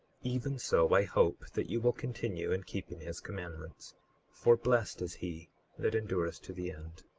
even so i hope that you will continue in keeping his commandments for blessed is he that endureth to the end.